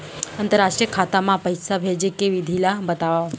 अंतरराष्ट्रीय खाता मा पइसा भेजे के विधि ला बतावव?